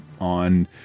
on